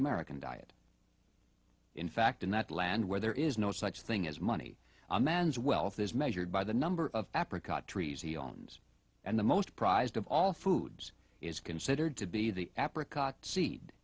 american diet in fact in that land where there is no such thing as money a man's wealth is measured by the number of apricots trees he owns and the most prized of all foods is considered to be the apricots se